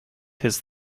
his